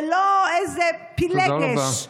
ולא איזו פילגש,